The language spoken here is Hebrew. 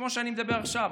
כמו שאני מדבר עכשיו,